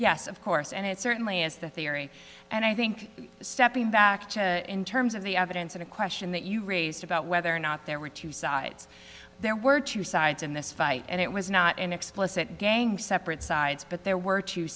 yes of course and it certainly is the theory and i think stepping back to in terms of the evidence in a question that you raised about whether or not there were two sides there were two sides in this fight and it was not an explicit gang separate sides but there were two